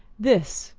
this,